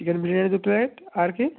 chicken biryani দু plate আর কী